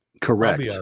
Correct